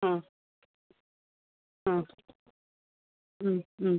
ആ ആ